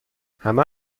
همه